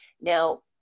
Now